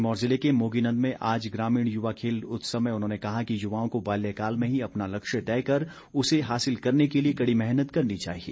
सिरमौर जिले के मोगीनंद में आज ग्रामीण युवा खेल उत्सव में उन्होंने कहा कि युवाओं को बाल्यकाल में ही अपना लक्ष्य तय कर उसे हासिल करने के लिए कड़ी मेहनत करनी चाहिए